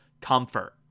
comfort